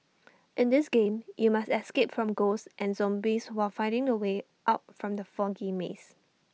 in this game you must escape from ghosts and zombies while finding the way out from the foggy maze